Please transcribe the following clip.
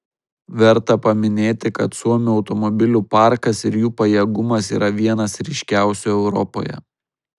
verta paminėti kad suomių automobilių parkas ir jų pajėgumas yra vienas ryškiausių europoje